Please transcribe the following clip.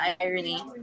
irony